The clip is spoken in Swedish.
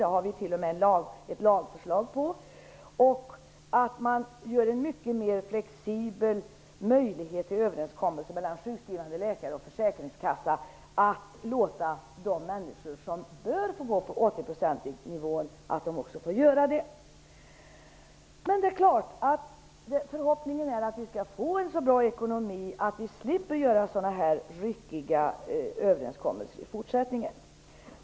Det har vi t.o.m. ett lagförslag på. Man skapar en mycket mer flexibel möjlighet till överenskommelse mellan sjukskrivande läkare och försäkringskassa vad gäller att låta de människor som bör få gå på 80-procentsnivån göra det. Förhoppningen är att vi skall få en så bra ekonomi att vi slipper göra sådana här ryckiga överenskommelser i fortsättningen.